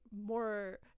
more